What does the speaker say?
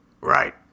right